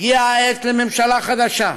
הגיעה העת לממשלה חדשה,